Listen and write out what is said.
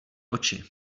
oči